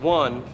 one